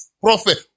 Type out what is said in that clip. prophet